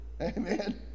Amen